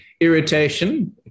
irritation